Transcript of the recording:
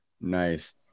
Nice